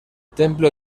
templo